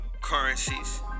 currencies